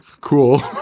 Cool